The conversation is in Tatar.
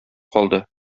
калды